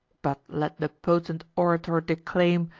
but let the potent orator declaim,